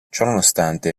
ciononostante